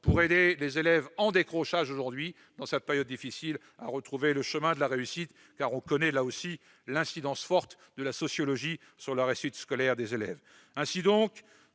pour aider les élèves en décrochage dans cette période difficile à retrouver le chemin de la réussite, car on connaît l'incidence forte de la sociologie sur la réussite scolaire des élèves. Ainsi donc,